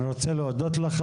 תודה לך.